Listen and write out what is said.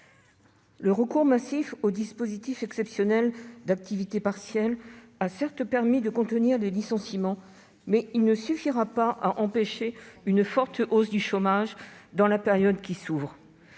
Le recours massif au dispositif exceptionnel d'activité partielle a certes permis de contenir les licenciements, mais il ne suffira pas à empêcher une forte hausse du chômage dans la période qui s'ouvre.